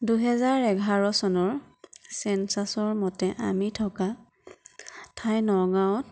দুহেজাৰ এঘাৰ চনৰ চেন্সাচৰ মতে আমি থকা ঠাই নগাঁৱত